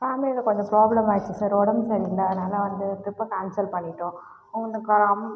ஆ ஒன்றுல்ல கொஞ்சம் ப்ராப்ளம் ஆய்டுச்சு சார் உடம்பு சரியில்லை அதனால் வந்து டிரிப்பை கேன்சல் பண்ணிவிட்டோம் உங்களுக்கான அம்